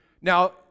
Now